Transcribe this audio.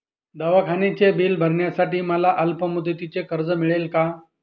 दवाखान्याचे बिल भरण्यासाठी मला अल्पमुदतीचे कर्ज मिळेल का?